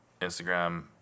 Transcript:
Instagram